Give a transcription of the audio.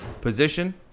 position